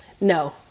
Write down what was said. No